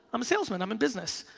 i'm a salesman, i'm in business.